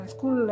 School